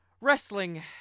wrestling